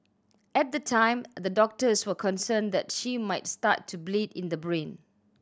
at the time the doctors were concerned that she might start to bleed in the brain